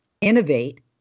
innovate